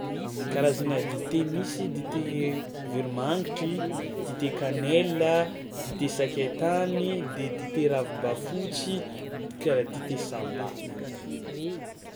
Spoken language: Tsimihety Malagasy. Karazagna dite misy: dite veromangitry, dite kanelina, dite sakay tany de dite ravimbafotsy karaha dite sahambavy.